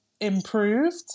improved